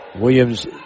Williams